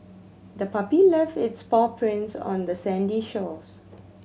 the puppy left its paw prints on the sandy shores